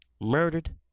murdered